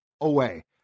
away